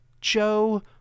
Joe